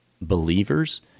believers